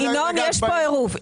יש כאן עירוב.